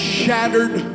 shattered